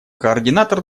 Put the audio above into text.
координатор